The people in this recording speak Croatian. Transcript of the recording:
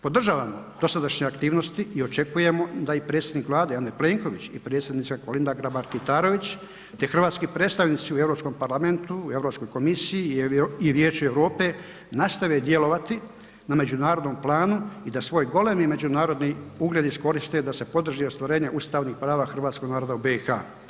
Podržavamo dosadašnje aktivnosti i očekujemo da i predsjednik Vlade Andrej Plenković i predsjednica Kolinda Grabar Kitarović te hrvatski predstavnici u Europskom parlamentu, Europskoj komisiji i Vijeću Europe nastave djelovati na međunarodnom planu i da svoj golemi međunarodni ugled iskoriste da se podrži ostvarenje ustavnih prava hrvatskog naroda u BiH.